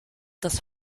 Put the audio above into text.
das